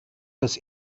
das